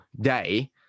day